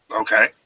okay